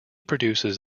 produces